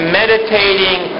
meditating